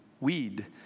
weed